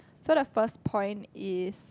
so the first point is